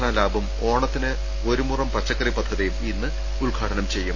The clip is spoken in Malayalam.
ധനാ ലാബും ഓണത്തിന് ഒരു മുറം പച്ചക്കറി പദ്ധതിയും ഇന്ന് ഉദ്ഘാ ടനം ചെയ്യും